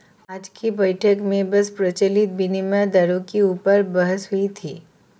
आज की बैठक में बस प्रचलित विनिमय दरों के ऊपर बहस हुई थी